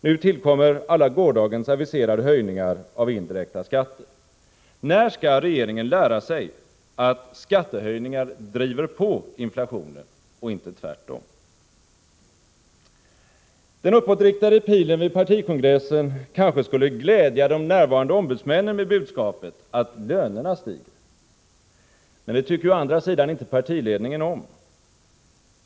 Nu tillkommer alla gårdagens aviserade höjningar av indirekta skatter. När skall regeringen lära sig att skattehöjningar driver på inflationen och inte tvärtom? Den uppåtriktade pilen vid partikongressen skulle kanske glädja de närvarande ombudsmännen med budskapet att lönerna stiger? Men det tycker ju å andra sidan inte partiledningen om.